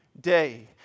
day